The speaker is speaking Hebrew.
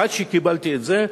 עד שקיבלתי את זה,